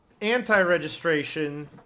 anti-registration